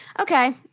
Okay